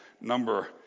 number